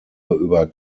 über